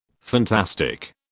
Fantastic